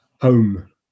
home